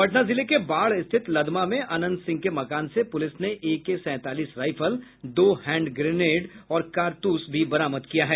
पटना जिले के बाढ़ स्थित लदमा में अनंत सिंह के मकान से पुलिस ने एके सैंतालीस राइफल दो हैण्ड ग्रेनेड और कारतूस भी बरामद किया है